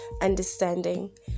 understanding